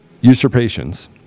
usurpations